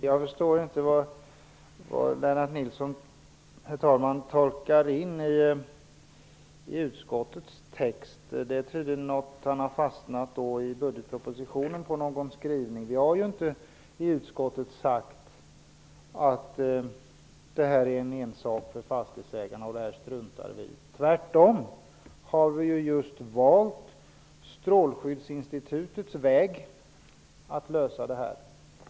Herr talman! Jag förstår inte vad Lennart Nilsson tolkar in i utskottets text. Han har tydligen fastnat på någon skrivning i budgetpropositionen. Vi har i utskottet inte sagt att detta är fastighetsägarnas ensak och att vi struntar i det. Tvärtom har vi just valt Strålskyddsinstitutets väg för att lösa detta problem.